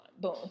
boom